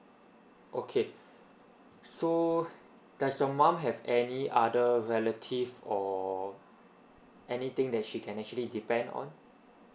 okay so does your mum have any other relative or anything that she can actually depend on